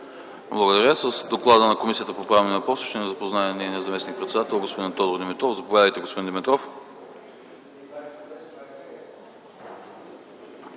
Благодаря. С доклада на Комисията по правни въпроси ще ни запознае нейният заместник-председател господин Тодор Димитров. Заповядайте, господин Димитров.